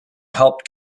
helped